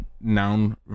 noun